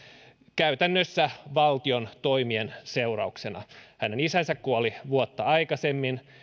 käytännössä valtion toimien seurauksena hänen isänsä kuoli vuotta aikaisemmin